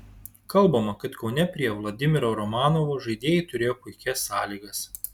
kalbama kad kaune prie vladimiro romanovo žaidėjai turėjo puikias sąlygas